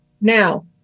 Now